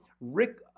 Rick